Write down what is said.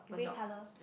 grey colour